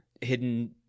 hidden